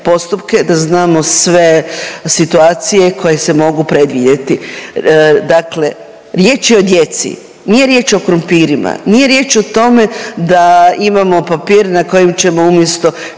postupke, da znamo sve situacije koje se mogu predvidjeti. Dakle, riječ je o djeci, nije riječ o krumpirima, nije riječ o tome da imamo papir na kojem ćemo umjesto